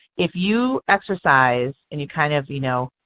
if you exercise and you kind of you know,